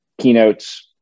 keynotes